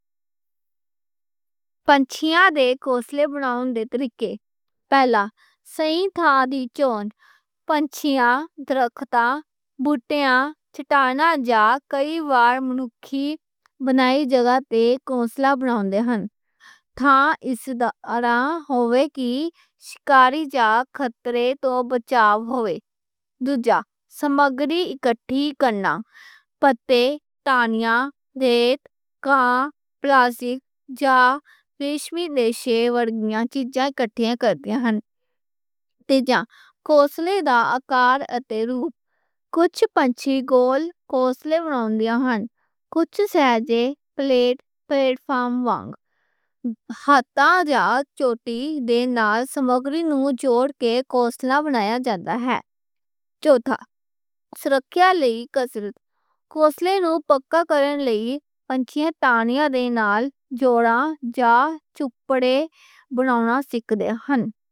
پنچیاں دے کوسلے بناؤن دے طریقے پہلا، صحیح تھاں دی چون: پنچیاں درختاں، بوٹیاں، چٹاناں جاں کئی واری منکھی بنائی جگہ تے کوسلا بناؤن دے ہن۔ تھاں اِسدراں ہووے کی شکاری جاں خطرے توں بچاؤ ہووے۔ دوجھا، سمگری اکٹھی کرنا: پتے، تانیاں، ریت، کانے، پلاسٹک جاں ریشمی دے شے ورگیاں چیزاں اکٹھی کردے ہن۔ تیجا، کوسلے دا اکار اتے روپ: کجھ پنچھی گول کوسلے بناؤن دے ہن، کجھ سادے، پلیٹ، فلیٹ، فارم وانگ، ہاتھ جاں چوٹی دے نال سمگری نوں جوڑ کے کوسلا بنایا جاندا ہے۔ چوتھا، سرکھی لئی: کوسلے نوں پکا کرنے لئی پنچھی تانیاں دے نال جوڑاں جاں چپڑ کے بناؤندا سکدے ہن۔